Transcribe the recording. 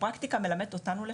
הפרקטיקה מלמדת אותנו לפחות.